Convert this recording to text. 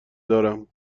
دارم